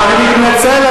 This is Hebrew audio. אני מתנצל.